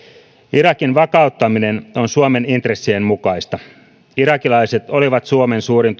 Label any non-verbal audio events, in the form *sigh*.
irakin vakauttaminen on suomen intressien mukaista irakilaiset olivat suomen suurin *unintelligible*